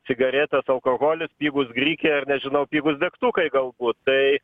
cigaretės alkoholis pigūs grikiai ar nežinau pigūs degtukai galbūt tai